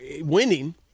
winning